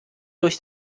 durch